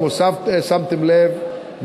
כמו ששמתם לב,